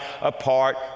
apart